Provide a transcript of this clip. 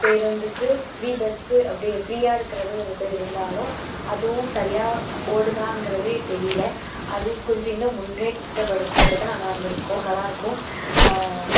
பேருந்துக்கு free bus அப்டியே ஃப்ரீயாக இருக்கிறதும் ஒரு இது இருந்தாலும் அதுவும் சரியாக ஓடுதாங்கிறதே தெரியல அது கொஞ்சம் இன்னும் முன்னேற்ற படுத்தப்பட்டால் நல்லாயிருந்துருக்கும் நல்லா இருக்கும்